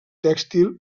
tèxtil